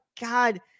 God